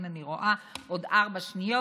כן, אני רואה, עוד ארבע שניות.